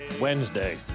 Wednesday